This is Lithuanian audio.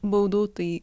baudų tai